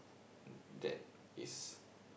that is